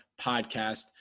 podcast